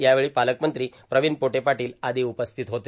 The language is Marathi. यावेळी पालकमंत्री प्रवीण पोटे पाटोल आदो उपस्थित होते